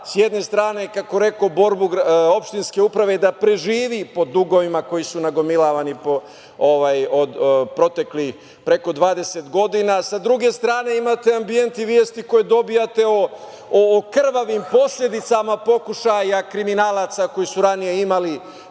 s jedne strane, kako rekoh, borbu opštinske uprave da preživi pod dugovima koji su nagomilavani proteklih preko 20 godina, a sa druge strane imate ambijent i vesti koje dobijate o krvavim posledicama pokušaja kriminalaca koji su ranije imali